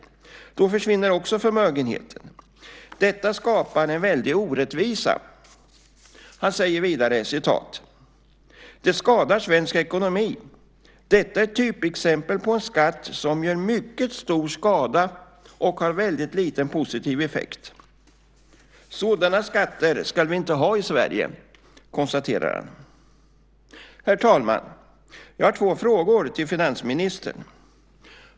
Då försvinner också förmögenheten. Man ska komma ihåg att detta skapar en väldig orättvisa." Han säger vidare: "Det skadar svensk ekonomi. Detta är ett typexempel på en skatt som gör mycket stor skada och har väldigt liten positiv effekt." Sådana skatter ska vi inte ha i Sverige, konstaterar han. Herr talman! Jag har två frågor till finansministern.